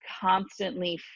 constantly